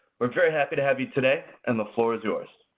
we're very happy to have you today. and the floor is yours.